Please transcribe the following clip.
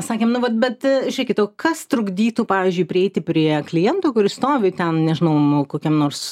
sakėm nu vat bet žiūrėkit o kas trukdytų pavyzdžiui prieiti prie kliento kuris stovi ten nežinau nu kokiam nors